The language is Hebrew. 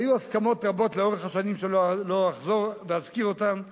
והיו הסכמות רבות לאורך השנים שלא אחזור ואזכיר אותן.